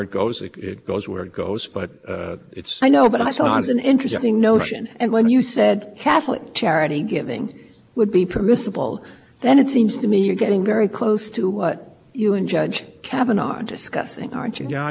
it goes it goes where it goes but it's i know but i saw it's an interesting notion and when you said catholic charity giving would be permissible then it seems to me you're getting very close to what you and judge kevin are discussing aren't y